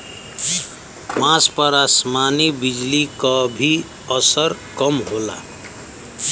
बांस पर आसमानी बिजली क भी असर कम होला